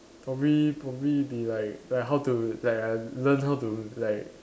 probably probably be like like how to like I learn how to like